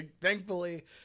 thankfully